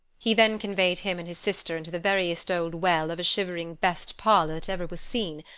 he then conveyed him and his sister into the veriest old well of a shivering best-parlour that ever was seen,